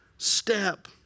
step